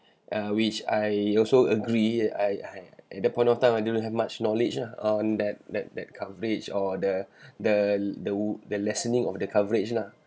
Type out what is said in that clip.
uh which I also agree I I at that point of time I didn't have much knowledge uh on that that that coverage or the the the the lessening of the coverage lah